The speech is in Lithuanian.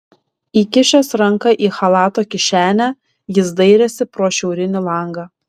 įkišęs ranką į chalato kišenę jis dairėsi pro šiaurinį langą